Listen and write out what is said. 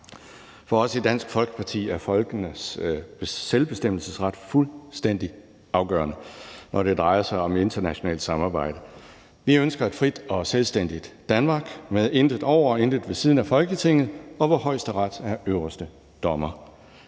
For os i Dansk Folkeparti er folkenes selvbestemmelsesret fuldstændig afgørende, når det drejer sig om internationalt samarbejde. Vi ønsker et frit og selvstændigt Danmark med intet over og intet ved siden af Folketinget, og hvor Højesteret er øverste dommer.